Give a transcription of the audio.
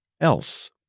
else